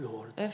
Lord